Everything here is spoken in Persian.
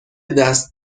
دست